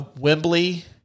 Wembley